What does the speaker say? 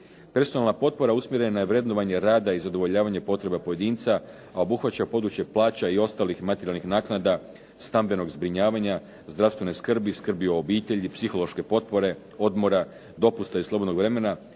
Personalna potpora usmjerena je na vrednovanje rada i zadovoljavanje potreba pojedinca a obuhvaća područje plaća i ostalih materijalnih naknada stambenog zbrinjavanja, zdravstvene skrbi, skrbi o obitelji, psihološke potpore, odmora, dopusta i slobodnog vremena,